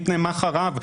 מפני מה חרב,